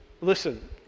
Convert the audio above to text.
Listen